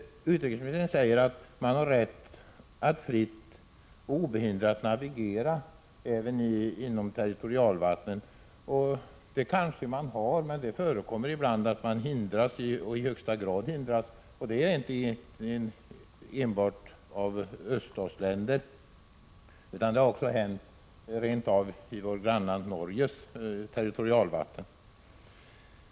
Utrikesministern säger att man har rätt att fritt och obehindrat navigera även inom territorialvattnet. Det kanske man har, men det förekommer att man ibland i högsta grad hindras från att göra detta. Det är inte enbart öststatsländer som gör på det sättet, utan detta har t.o.m. hänt i vårt grannland Norges territorialvatten.